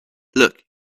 look